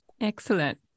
Excellent